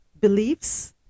beliefs